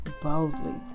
boldly